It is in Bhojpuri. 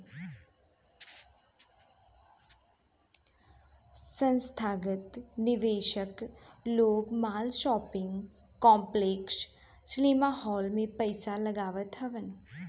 संथागत निवेशक लोग माल, शॉपिंग कॉम्प्लेक्स, सिनेमाहाल में पईसा लगावत हवन